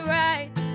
right